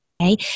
okay